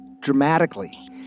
dramatically